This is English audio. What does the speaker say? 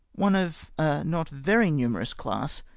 one of a not very numerous class,